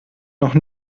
noch